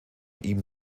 ihm